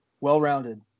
Well-rounded